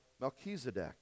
Melchizedek